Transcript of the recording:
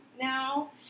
now